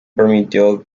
permitió